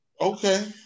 Okay